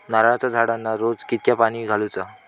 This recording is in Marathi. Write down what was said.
नारळाचा झाडांना रोज कितक्या पाणी घालुचा?